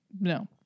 No